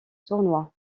tournoi